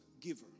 giver